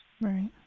Right